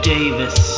Davis